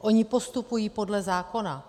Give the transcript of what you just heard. Oni postupují podle zákona.